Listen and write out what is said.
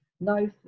No